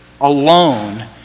alone